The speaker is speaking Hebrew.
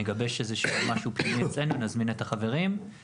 נגבש משהו פנימי אצלנו ונזמין את החברים.